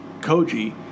Koji